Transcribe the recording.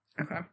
Okay